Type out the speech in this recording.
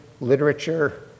literature